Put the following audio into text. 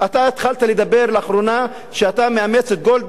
אתה התחלת לדבר לאחרונה שאתה מאמץ את גולדברג,